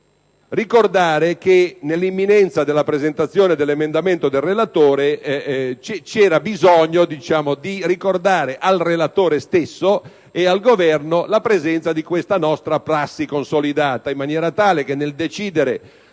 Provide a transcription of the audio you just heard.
ricordare che, nell'imminenza della presentazione dell'emendamento del relatore, c'era bisogno di ricordare al relatore stesso e al Governo la presenza di questa nostra prassi consolidata, in maniera tale che nel decidere